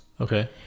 Okay